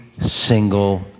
single